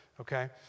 okay